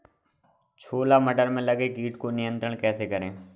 छोला मटर में लगे कीट को नियंत्रण कैसे करें?